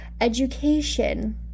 education